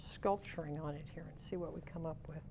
sculpturing on it here and see what we come up with